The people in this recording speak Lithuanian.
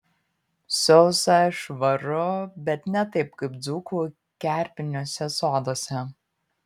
sausa švaru bet ne taip kaip dzūkų kerpiniuose soduose